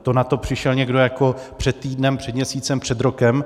To na to přišel někdo jako před týdnem, před měsícem, před rokem.